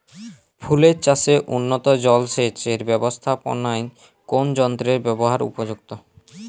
ফুলের চাষে উন্নত জলসেচ এর ব্যাবস্থাপনায় কোন যন্ত্রের ব্যবহার উপযুক্ত?